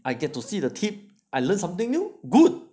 I get to see the tip I learnt something new good